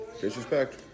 Disrespect